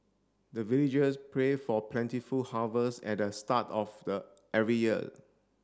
the villagers pray for plentiful harvest at the start of the every year